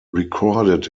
recorded